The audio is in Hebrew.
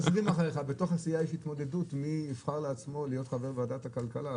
בתוך הסיעה יש התמודדות מי יבחר לעצמו להיות חבר בוועדת הכלכלה,